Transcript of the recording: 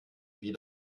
wieder